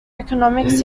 economics